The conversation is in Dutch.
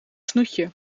snoetje